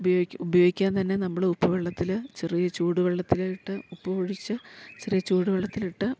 ഉപയോഗിക്ക ഉപയോഗിക്കാൻ തന്നെ നമ്മള് ഉപ്പ് വെള്ളത്തില് ചെറിയ ചൂട് വെള്ളത്തില് ഇട്ട് ഉപ്പ് ഒഴിച്ച് ചെറിയ ചൂട് വെള്ളത്തിലിട്ട്